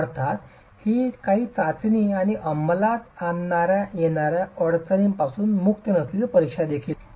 अर्थात ही काही चाचणी आणि अंमलात आणण्यात येणार्या अडचणींपासून मुक्त नसलेली ही परीक्षा देखील नाही